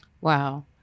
Wow